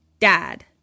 Dad